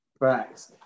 Right